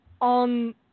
on